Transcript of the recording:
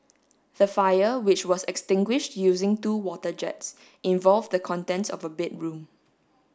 the fire which was extinguished using two water jets involved the contents of a bedroom